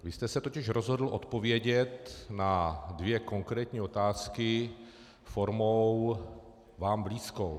Vy jste se totiž rozhodl odpovědět na dvě konkrétní otázky formou vám blízkou.